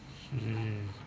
mm